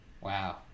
Wow